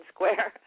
Square